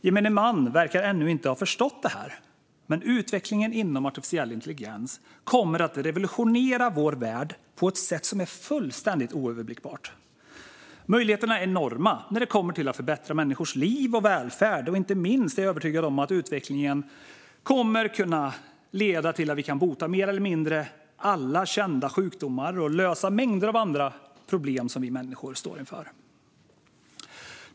Gemene man verkar ännu inte ha förstått att utvecklingen inom artificiell intelligens kommer att revolutionera vår värld på ett sätt som är fullständigt oöverblickbart. Möjligheterna är enorma när det kommer till att förbättra människors liv och välfärd. Inte minst är jag övertygad om att utvecklingen kommer att kunna leda till att vi kan bota mer eller mindre alla kända sjukdomar och lösa mängder av andra problem som vi människor står inför.